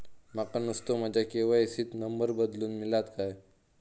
माका नुस्तो माझ्या के.वाय.सी त नंबर बदलून मिलात काय?